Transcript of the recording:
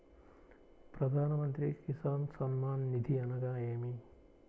ప్రధాన మంత్రి కిసాన్ సన్మాన్ నిధి అనగా ఏమి?